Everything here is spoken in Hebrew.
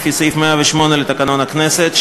לפי סעיף 108 לתקנון הכנסת.